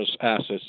assets